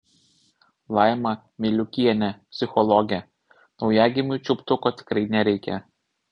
laima miliukienė psichologė naujagimiui čiulptuko tikrai nereikia